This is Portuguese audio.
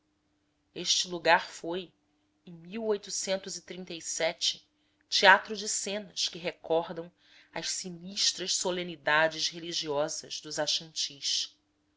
este lugar foi em teatro de cenas que recordam as sinistras solenidades religiosas dos achantis